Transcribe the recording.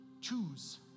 choose